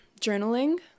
journaling